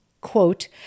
Quote